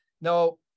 Now